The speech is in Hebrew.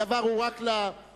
הדבר הוא רק לפרוטוקול,